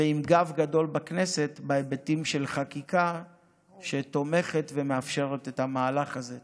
ועם גב גדול בכנסת בהיבטים של חקיקה שתומכת ומאפשרת את המהלך הזה.